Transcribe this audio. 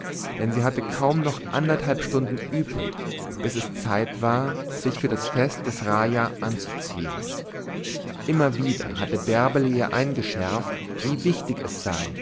denn sie hatte kaum noch anderthalb stunden übrig bis es zeit war sich für das fest des raja anzuziehen immer wieder hatte bärbele ihr eingeschärft wie wichtig es sei